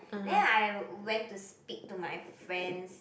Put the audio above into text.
then I went to speak to my friends